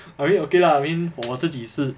okay lah for 我自己是